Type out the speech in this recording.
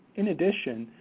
in addition,